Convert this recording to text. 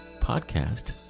Podcast